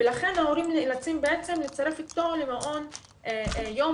לכן ההורים נאלצים בעצם לצרף אותו למעון יום